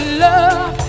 love